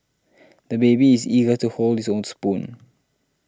the baby is eager to hold his own spoon